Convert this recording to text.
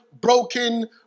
broken